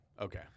Okay